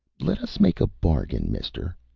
let us make a bargain, mister.